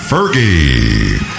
Fergie